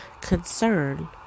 concern